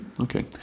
Okay